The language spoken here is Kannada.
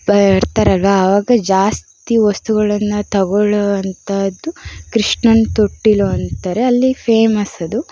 ಬರ್ತಾರಲ್ವಾ ಆವಾಗ ಜಾಸ್ತಿ ವಸ್ತುಗಳನ್ನು ತೊಗೊಳ್ಳುವಂತಹದ್ದು ಕೃಷ್ಣನ ತೊಟ್ಟಿಲು ಅಂತಾರೆ ಅಲ್ಲಿ ಫೇಮಸ್ ಅದು